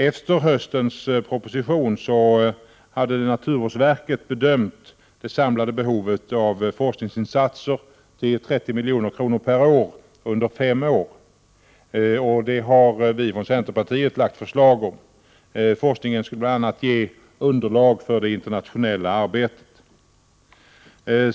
Efter höstens proposition hade naturvårdsverket bedömt det samlade behovet av forskningsinsatser till 30 milj.kr. per år under fem år, och det har vi från centerpartiet lagt fram förslag om. Forskningen skulle bl.a. ge underlag för det internationella arbetet.